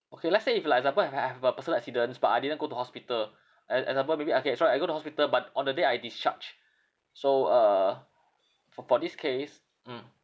okay let's say if like example I have I have a personal accidents but I didn't go to hospital e~ example maybe okays right I go to hospital but on the day I discharged so uh for for this case mm